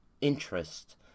Interest